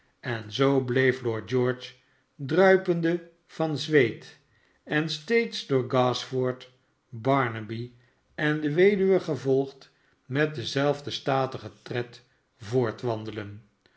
en zoo bleef lord george druipende van zweet en steeds door gashford barnaby en de weduwe gevolgd met denzelfden statigen tred